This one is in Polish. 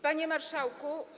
Panie Marszałku!